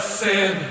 sin